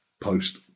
post